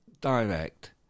direct